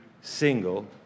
single